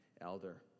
elder